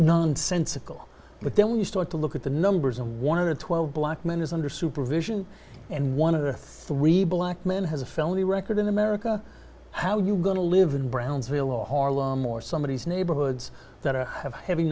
nonsensical but then when you start to look at the numbers and one of the twelve black men is under supervision and one of the three black men has a felony record in america how you going to live in brownsville or more somebodies neighborhoods that are have heavy